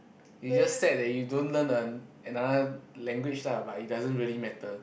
you just sad that you don't learn ano~ another language lah but it doesn't really matter